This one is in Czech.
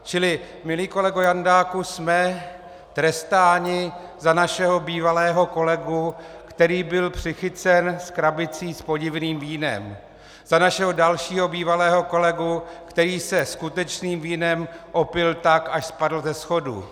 Čili milý kolego Jandáku, jsme trestáni za našeho bývalého kolegu, který byl přichycen s krabicí s podivným vínem, za našeho dalšího bývalého kolegu, který se skutečným vínem opil tak, až spadl ze schodů.